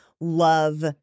love